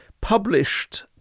published